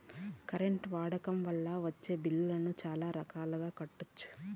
current వాడకం వల్ల వచ్చే బిల్లులను చాలా రకాలుగా కట్టొచ్చు